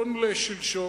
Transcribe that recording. מה הם אשמים?